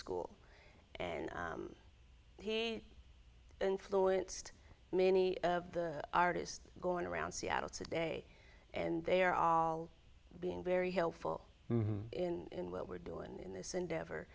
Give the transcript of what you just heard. school and he influenced many of the artists going around seattle today and they are all being very helpful in what we're doing in this endeavor